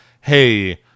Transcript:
hey